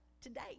today